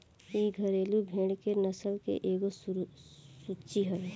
इ घरेलु भेड़ के नस्ल के एगो सूची हवे